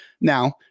now